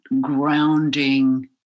grounding